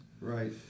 Right